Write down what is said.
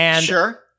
Sure